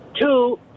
Two